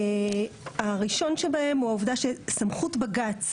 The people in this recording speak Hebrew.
הראשון שבהם, הוא העובדה שסמכות בג"צ,